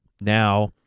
now